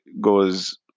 goes